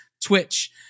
twitch